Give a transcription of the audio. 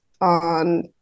on